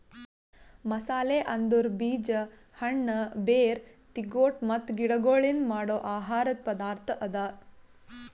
ಮಸಾಲೆ ಅಂದುರ್ ಬೀಜ, ಹಣ್ಣ, ಬೇರ್, ತಿಗೊಟ್ ಮತ್ತ ಗಿಡಗೊಳ್ಲಿಂದ್ ಮಾಡೋ ಆಹಾರದ್ ಪದಾರ್ಥ ಅದಾ